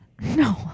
no